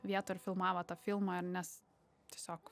vietoj ir filmavo tą filmą nes tiesiog